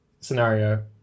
scenario